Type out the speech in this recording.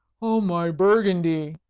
oh, my burgundy!